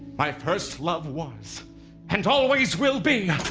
my first love was and always will be.